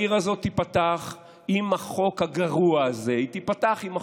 העיר הזאת תיפתח עם החוק הגרוע הזה.